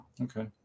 Okay